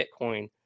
Bitcoin